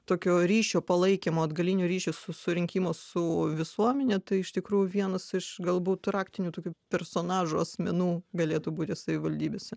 tokio ryšio palaikymo atgalinio ryšio su surinkimo su visuomene tai iš tikrų vienas iš galbūt raktinių tokių personažų asmenų galėtų būti savivaldybėse